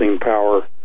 power